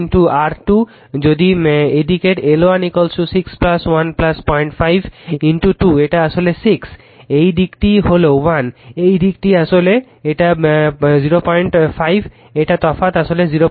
তো 6 2 R2 যদি এদিকের L1 6 1 05 2 এটা আসলে 6 এই দিকটি হলো 1 এই দিকে আসলে এটা 05 এই তফাৎ আসলে 05